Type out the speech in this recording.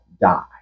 die